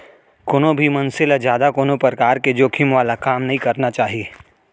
कोनो भी मनसे ल जादा कोनो परकार के जोखिम वाला काम नइ करना चाही